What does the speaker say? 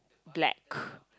black